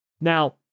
Now